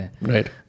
right